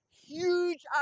huge